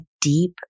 deep